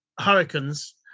Hurricanes